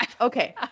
Okay